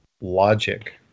logic